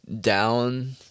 Down